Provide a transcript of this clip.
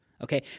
Okay